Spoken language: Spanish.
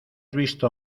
visto